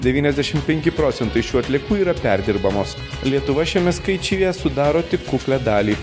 devyniasdešim penki procentai šių atliekų yra perdirbamos lietuva šiame skaičiuje sudaro tik kuklią dalį